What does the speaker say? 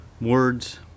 words